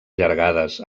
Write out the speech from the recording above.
allargades